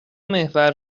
محور